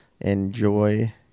enjoy